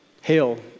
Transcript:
Hail